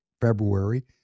February